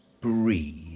Breathe